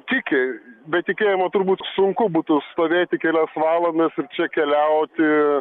tiki be tikėjimo turbūt sunku būtų stovėti kelias valandas ir čia keliauti